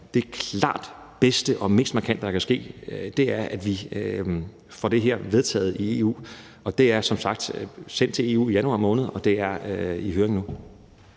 Det klart bedste og mest markante, der kan ske, er, at vi får det her vedtaget i EU. Og det er som sagt sendt til EU i januar måned, og det er i høring nu.